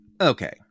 Okay